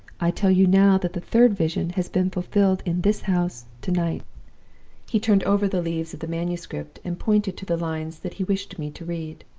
i tell you now that the third vision has been fulfilled in this house to-night he turned over the leaves of the manuscript, and pointed to the lines that he wished me to read.